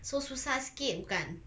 so susah sikit bukan